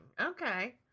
Okay